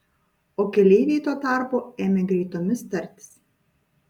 o keleiviai tuo tarpu ėmė greitomis tartis